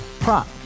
Prop